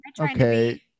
Okay